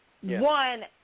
one –